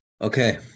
Okay